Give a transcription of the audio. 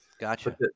Gotcha